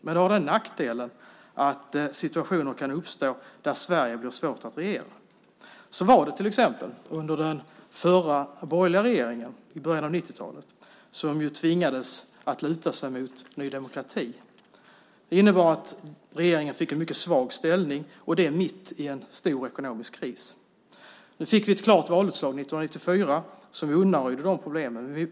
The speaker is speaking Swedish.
Men nackdelen är att det kan uppstå situationer där det blir svårt att regera Sverige. Så var det till exempel i början av 1990-talet under den förra borgerliga regeringen som ju tvingades att luta sig mot Ny demokrati. Det innebar att regeringen fick en mycket svag ställning - detta mitt i en stor ekonomisk kris. År 1994 fick vi ett klart valutslag som undanröjde de här problemen.